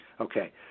Okay